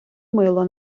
мило